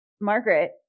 Margaret